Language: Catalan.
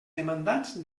demandats